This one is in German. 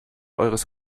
eures